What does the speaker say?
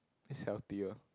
is healthier